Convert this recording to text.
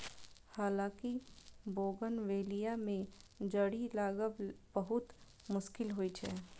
हालांकि बोगनवेलिया मे जड़ि लागब बहुत मुश्किल होइ छै